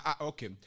okay